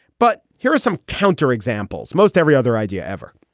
but here are some counterexamples. most every other idea ever.